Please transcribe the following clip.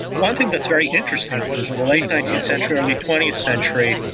one thing that's very interesting is in the late nineteenth century, early twentieth century,